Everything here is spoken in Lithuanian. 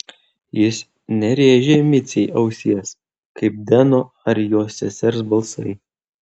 jis nerėžė micei ausies kaip deno ar jo sesers balsai